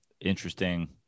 Interesting